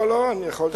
לא, לא, אני יכול לדבר.